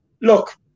look